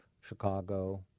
Chicago